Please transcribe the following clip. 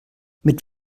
mit